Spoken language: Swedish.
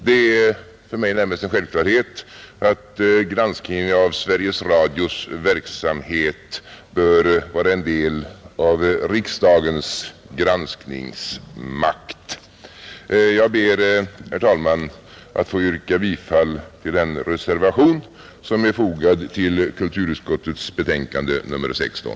Det är för mig närmast en självklarhet att granskningen av Sveriges Radios verksamhet bör vara en del av riksdagens granskningsmakt. Jag ber, herr talman, att få yrka bifall till den reservation som är fogad vid kulturutskottets betänkande nr 16.